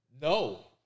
No